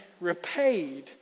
repaid